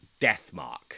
Deathmark